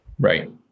Right